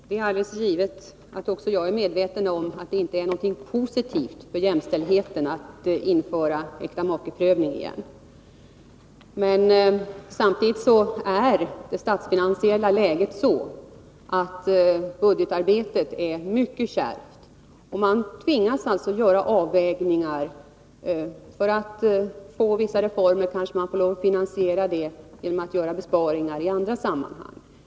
Fru talman! Det är givet att också jag är medveten om att det inte är något positivt för jämställdheten att införa äktamakeprövningen igen. Men samtidigt är det statsfinansiella läget sådant att budgetarbetet är mycket kärvt. Man tvingas alltså att göra avvägningar. För att kunna genomföra vissa reformer får finansieringen göras genom besparingar i andra sammanhang.